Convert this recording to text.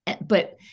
but-